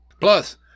Plus